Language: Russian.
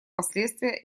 последствия